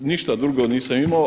Ništa drugo nisam imao.